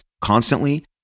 constantly